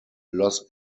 los